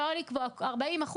ולא לקבוע 40%,